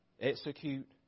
Execute